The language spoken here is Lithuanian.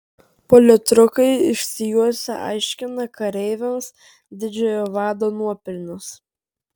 politrukai išsijuosę aiškina kareiviams didžiojo vado nuopelnus